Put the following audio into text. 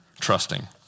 trusting